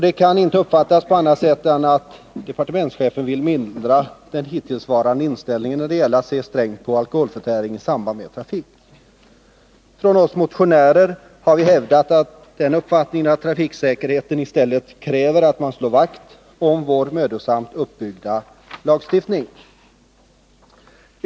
Det kan inte uppfattas på annat sätt än att departementschefen vill mildra den hittillsvarande inställningen när det gäller att se strängt på alkoholförtäring i samband med trafik. Från oss motionärer har vi hävdat den uppfattningen att trafiksäkerheten i stället kräver att man slår vakt om vår mödosamt uppbyggda lagstiftning.